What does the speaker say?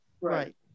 Right